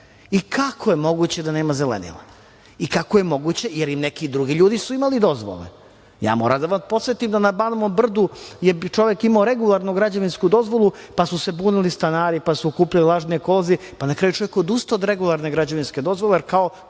i kako je moguće da nema zelenila i kako je moguće, jer i neki drugi ljudi su imali dozvole. Ja moram da vas podsetim da na Banovom brdu je čovek imao regularnu građevinsku dozvolu pa su se bunili stanari, pa su uputili poziv, pa je na kraju čovek odustao od regularne građevinske dozvole, kao